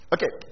Okay